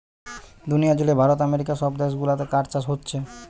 দুনিয়া জুড়ে ভারত আমেরিকা সব দেশ গুলাতে কাঠ চাষ হোচ্ছে